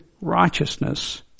righteousness